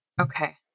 Okay